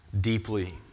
deeply